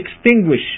extinguish